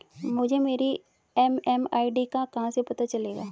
मुझे मेरी एम.एम.आई.डी का कहाँ से पता चलेगा?